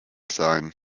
sein